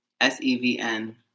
S-E-V-N